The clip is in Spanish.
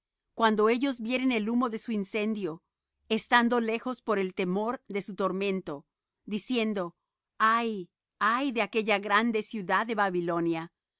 cuando ellos vieren el humo de su incendio estando lejos por el temor de su tormento diciendo ay ay de aquella gran ciudad de babilonia